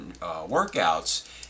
workouts